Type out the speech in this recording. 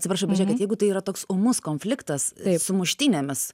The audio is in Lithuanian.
atsiprašau bet jeigu tai yra toks ūmus konfliktas su muštynėmis